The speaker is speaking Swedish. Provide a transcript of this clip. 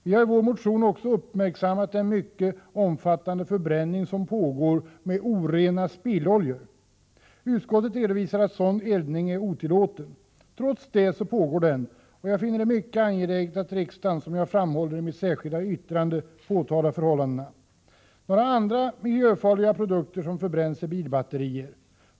Vi har i vår motion också uppmärksammat den mycket omfattande förbränning av orena spilloljor som pågår. Utskottet redovisar att sådan eldning är otillåten. Trots det förekommer den, och jag finner det mycket angeläget att riksdagen, som jag framhåller i mitt särskilda yttrande, påtalar förhållandena. Några andra miljöfarliga produkter som förbränns är bilbatterier.